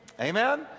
amen